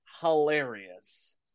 hilarious